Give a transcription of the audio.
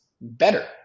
better